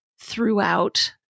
throughout